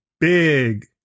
big